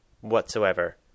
whatsoever